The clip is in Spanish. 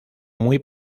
muy